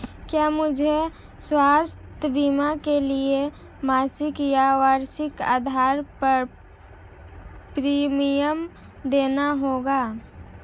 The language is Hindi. क्या मुझे स्वास्थ्य बीमा के लिए मासिक या वार्षिक आधार पर प्रीमियम देना होगा?